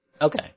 Okay